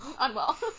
unwell